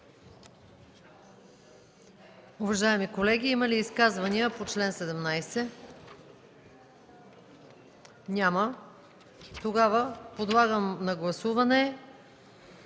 Уважаеми колеги, има ли изказвания по чл. 22? Няма. Подлагам на гласуване